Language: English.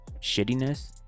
shittiness